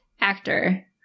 actor